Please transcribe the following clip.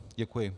Děkuji.